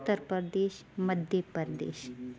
Uttar Pradesh Madhya Pradesh